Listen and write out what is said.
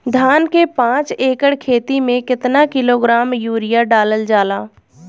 धान के पाँच एकड़ खेती में केतना किलोग्राम यूरिया डालल जाला?